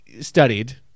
studied